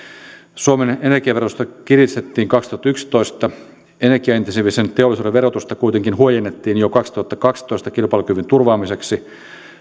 suomen energiaverotusta kiristettiin kaksituhattayksitoista energiaintensiivisen teollisuuden verotusta kuitenkin huojennettiin jo kaksituhattakaksitoista kilpailukyvyn turvaamiseksi